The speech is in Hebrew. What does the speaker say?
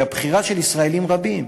היא הבחירה של ישראלים רבים.